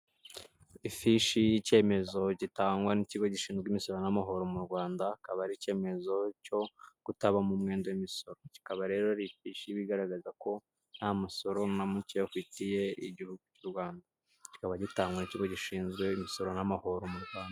Ifishi y'icyemezo gitangwa n'ikigo gishinzwe imisoro n'amahoro mu Rwanda, akaba ari icyemezo cyo kutabamo umwenda w'imisoro, kikaba rero ari ifishi, iba igaragaza ko nta musoro na muke ufitiye igihugu cyu Rwanda, kikaba gitangwa n'ikigo gishinzwe imisoro n'amahoro mu Rwanda.